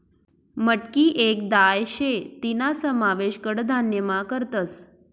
मटकी येक दाय शे तीना समावेश कडधान्यमा करतस